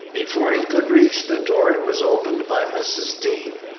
before he could reach the door it was opened by mrs. dean.